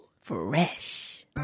Fresh